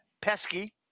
Pesky